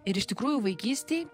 ir iš tikrųjų vaikystėj